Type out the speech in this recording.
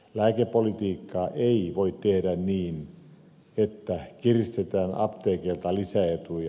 lääkepolitiikkaa ei voi tehdä niin että kiristetään apteekeilta lisäetuja